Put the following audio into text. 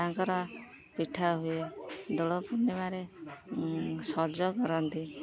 ତାଙ୍କର ପିଠା ହୁଏ ଦୋଳ ପୂର୍ଣ୍ଣିମାରେ ସଜ କରନ୍ତି